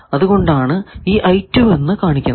അത് കൊണ്ടാണ് ഈ എന്ന് കാണിക്കുന്നത്